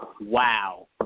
wow